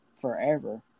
forever